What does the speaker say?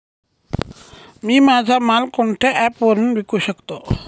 मी माझा माल कोणत्या ॲप वरुन विकू शकतो?